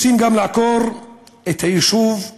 רוצים גם לעקור את היישוב אלזרנוג,